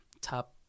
top